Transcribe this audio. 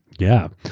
yeah.